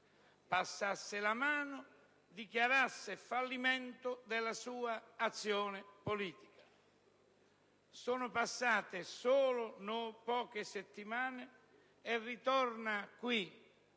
passasse la mano, dichiarasse il fallimento della sua azione politica. Sono passate solo poche settimane e ritorna qui,